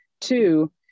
Two